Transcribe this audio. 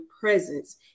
presence